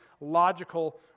logical